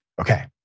Okay